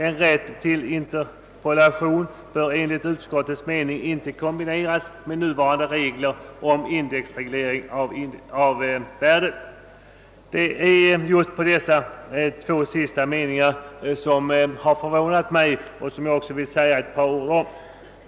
En rätt till interpolation bör enligt utskottets mening inte kombineras med nuvarande regler om indexreglering av ingångsvärdet.» Det är just de två sistnämnda meningarna som har förvånat mig och som jag därför vill säga några ord om.